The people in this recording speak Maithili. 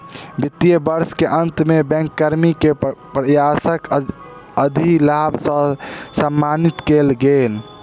वित्तीय वर्ष के अंत में बैंक कर्मी के प्रयासक अधिलाभ सॅ सम्मानित कएल गेल